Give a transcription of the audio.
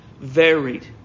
Varied